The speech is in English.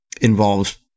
involves